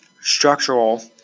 Structural